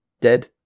dead